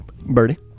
Birdie